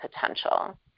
potential